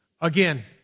Again